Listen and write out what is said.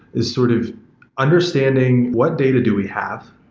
this sort of understanding what data do we have?